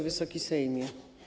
Wysoki Sejmie!